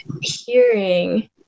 hearing